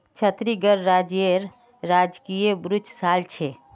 छत्तीसगढ़ राज्येर राजकीय वृक्ष साल छे